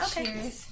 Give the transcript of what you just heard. Okay